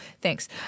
Thanks